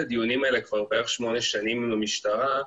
הדיונים האלה כבר בערך שמונה שנים עם המשטרה,